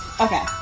okay